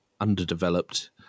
underdeveloped